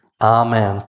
Amen